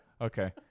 okay